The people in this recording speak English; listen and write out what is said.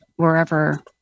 wherever